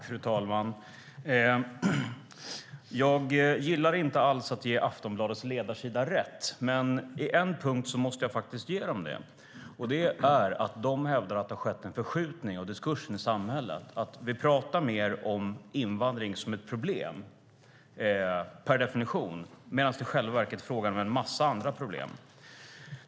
Fru talman! Jag gillar inte alls att ge Aftonbladets ledarsida rätt, men på en punkt måste jag faktiskt göra det. Man hävdar att det har skett en förskjutning av diskursen i samhället, att vi pratar mer om invandring som ett problem per definition medan det i själva verket är fråga om en massa andra problem.